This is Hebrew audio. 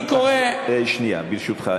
אני קורא, שנייה, ברשותך.